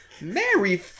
Mary